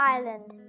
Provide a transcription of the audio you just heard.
Island